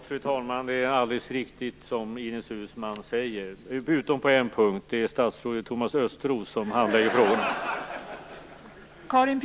Fru talman! Det är alldeles riktigt som Ines Uusmann säger, förutom på en punkt. Det är statsrådet Thomas Östros som handlägger frågorna.